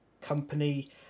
company